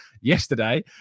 yesterday